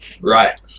Right